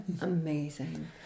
amazing